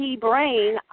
brain